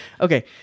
okay